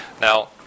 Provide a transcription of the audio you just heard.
Now